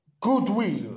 Goodwill